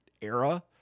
era